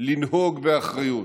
לנהוג באחריות,